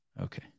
Okay